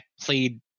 played